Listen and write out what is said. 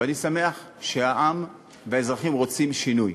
ואני שמח שהעם והאזרחים רוצים שינוי.